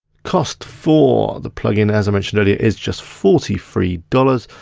cost for the plugin, as i mentioned earlier, is just forty three dollars.